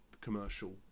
commercial